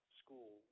school